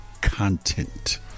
content